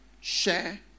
share